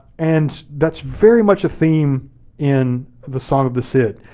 and that's very much a theme in the song of the cid.